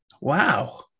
Wow